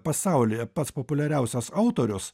pasaulyje pats populiariausias autorius